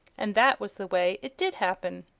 and that was the way it did happen.